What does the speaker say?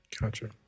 Gotcha